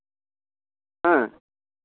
ᱦᱮᱸ